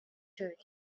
torque